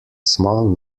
small